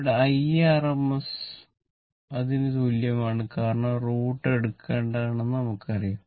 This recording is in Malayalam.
ഇവിടെ Irms അതിന് തുല്യമാണ് കാരണം √ എടുക്കേണ്ടതുണ്ടെന്ന് നമുക്കറിയാം